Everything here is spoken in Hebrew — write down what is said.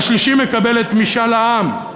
השלישי מקבל את משאל העם.